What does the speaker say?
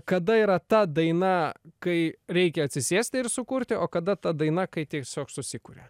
kada yra ta daina kai reikia atsisėsti ir sukurti o kada ta daina kai tiesiog susikuria